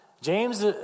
James